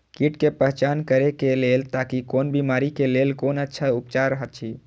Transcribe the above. कीट के पहचान करे के लेल ताकि कोन बिमारी के लेल कोन अच्छा उपचार अछि?